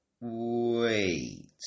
Wait